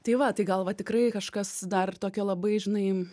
tai va tai gal va tikrai kažkas dar tokio labai žinai